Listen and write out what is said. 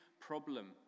problem